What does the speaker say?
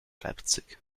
leipzig